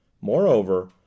Moreover